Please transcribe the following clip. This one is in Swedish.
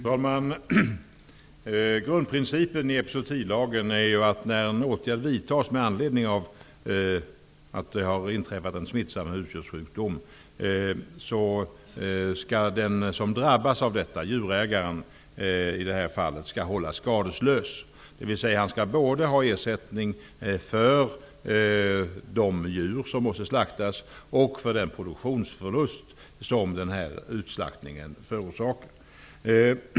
Fru talman! Grundprincipen i epizootilagen är att när en åtgärd vidtas för att en djurägare har drabbats av att en smittsam husdjurssjukdom inträffat skall han hållas skadeslös, dvs. han skall ha ersättning för både de djur som måste slaktas och den produktionsförlust som utslaktningen förorsakar.